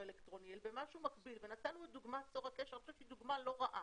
אלקטרוני אלא במשהו מקביל ונתנו דוגמה של צור הקשר שהיא דוגמה לא רעה,